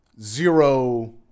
Zero